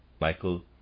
Michael